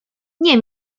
nie